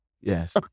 Yes